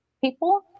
people